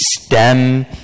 stem